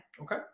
Okay